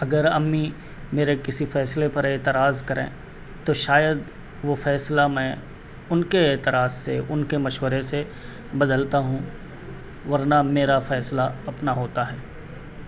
اگر امی میرے کسی فیصلے پر اعتراض کریں تو شاید وہ فیصلہ میں ان کے اعتراض سے ان کے مشورے سے بدلتا ہوں ورنہ میرا فیصلہ اپنا ہوتا ہے